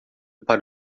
para